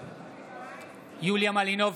בעד יוליה מלינובסקי,